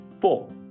Four